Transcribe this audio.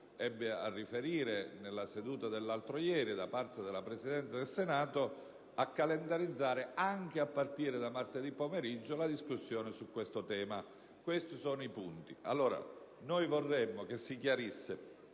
ebbe a riferire nella seduta dell'altro ieri, da parte della Presidenza del Senato, a calendarizzare anche a partire da martedì pomeriggio la discussione su questo tema. Questi sono i punti,